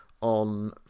on